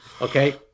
okay